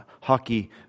hockey